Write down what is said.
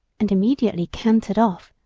and immediately cantered off,